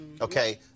Okay